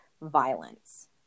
violence